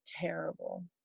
terrible